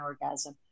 orgasm